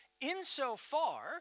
insofar